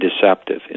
deceptive